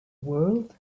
world